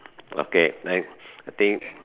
okay next I think